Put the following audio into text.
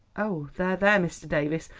oh, there, there, mr. davies,